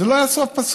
זה לא היה סוף פסוק.